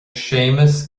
séamus